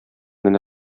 генә